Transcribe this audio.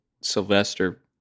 sylvester